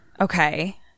Okay